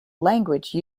language